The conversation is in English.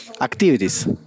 activities